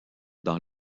dans